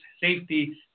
safety